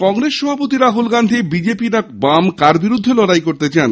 কংগ্রেস সভাপতি রাহুল গান্ধী বিজেপি না বাম কার বিরুদ্ধে লড়াই করতে চান